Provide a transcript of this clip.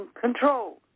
control